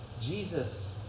Jesus